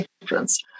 difference